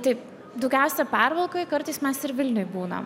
taip daugiausia pervalkoj kartais mes ir vilniuj būnam